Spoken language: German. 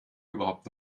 überhaupt